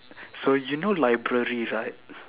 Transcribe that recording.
so you know library right